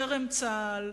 טרם צה"ל,